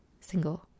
single